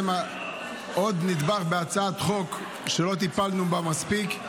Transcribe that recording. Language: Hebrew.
עוד נדבך בהצעת חוק שלא טיפלנו בה מספיק.